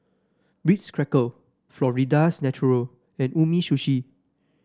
Ritz Cracker Florida's Natural and Umisushi